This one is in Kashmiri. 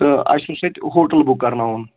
تہٕ اَسہِ اوس یَیٚتہِ ہوٹَل بُک کَرناوُن